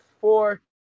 four